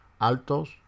altos